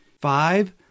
Five